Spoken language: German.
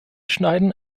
schneiden